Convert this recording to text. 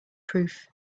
proof